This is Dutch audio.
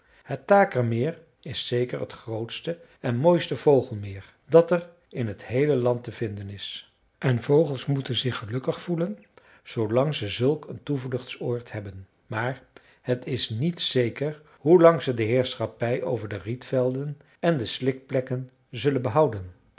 het takermeer is zeker het grootste en mooiste vogelmeer dat er in het heele land te vinden is en vogels moeten zich gelukkig voelen zoolang ze zulk een toevluchtsoord hebben maar het is niet zeker hoelang ze de heerschappij over de rietvelden en de slikplekken zullen behouden